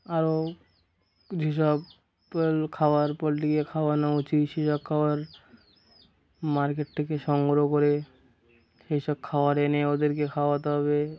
আরও যেসব খাবার পোলট্রিকে খাওয়ানো উচিত সেই সব খাবার মার্কেট থেকে সংগ্রহ করে সেই সব খাবার এনে ওদেরকে খাওয়াতে হবে